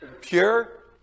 Pure